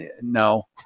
No